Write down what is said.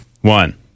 One